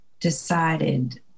decided